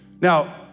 Now